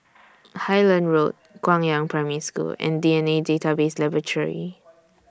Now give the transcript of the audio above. Highland Road Guangyang Primary School and D N A Database Laboratory